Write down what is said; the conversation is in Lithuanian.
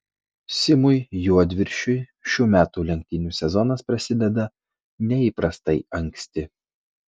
simui juodviršiui šių metų lenktynių sezonas prasideda neįprastai anksti